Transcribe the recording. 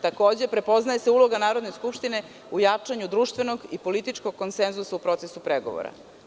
Takođe, prepoznaje se uloga Narodne skupštine u jačanju društvenog i političkog konsenzusa u procesu pregovora.